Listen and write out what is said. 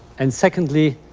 and, secondly,